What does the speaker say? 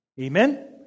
Amen